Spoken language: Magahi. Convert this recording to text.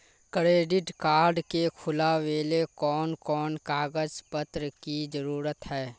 क्रेडिट कार्ड के खुलावेले कोन कोन कागज पत्र की जरूरत है?